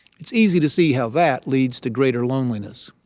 it's easy to see how that leads to greater loneliness.